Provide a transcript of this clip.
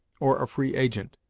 or a free agent.